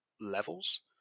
levels